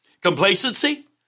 Complacency